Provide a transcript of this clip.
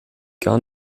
gar